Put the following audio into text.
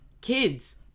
kid's